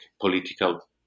political